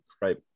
Right